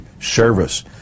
service